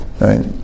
Right